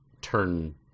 turn